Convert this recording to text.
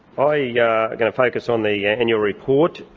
ah yeah i'm going to focus on the yeah annual report.